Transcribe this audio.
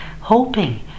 Hoping